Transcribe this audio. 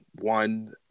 one